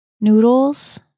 Noodles